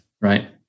right